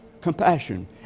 compassion